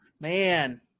Man